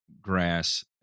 grass